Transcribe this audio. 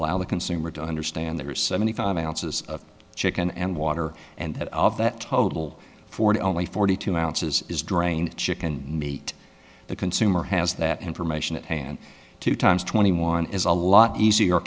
allow the consumer to understand there are seventy five ounces of chicken and water and all of that total for the only forty two ounces is drained chicken meat the consumer has that information at hand two times twenty one is a lot easier